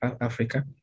Africa